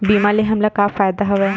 बीमा ले हमला का फ़ायदा हवय?